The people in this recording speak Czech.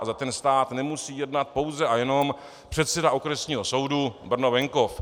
Ale za ten stát nemusí jednat pouze a jenom předseda Okresního soudu Brno venkov.